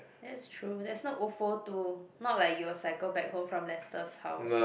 that's true there's no ofo to not like you will cycle back home from Lester's house